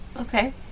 Okay